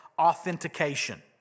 Authentication